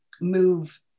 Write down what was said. move